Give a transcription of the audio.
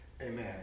Amen